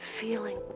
feeling